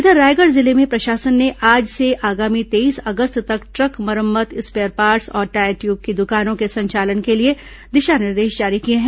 इधर रायगढ़ जिले में प्रशासन ने आज से आगामी तेईस अगस्त तक ट्रक मरम्मत स्पेयर पार्ट्स और टायर ट्यूब की दुकानों के संचालन के लिए दिशा निर्देश जारी किए हैं